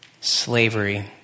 slavery